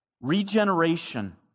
regeneration